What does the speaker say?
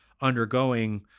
undergoing